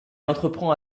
entreprend